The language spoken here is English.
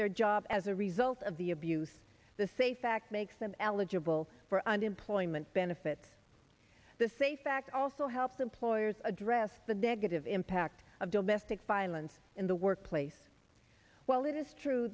their jobs as a result of the abuse the say fact makes them eligible for unemployment benefits the safe fact also helps employers address the negative impact of domestic violence in the workplace while it is true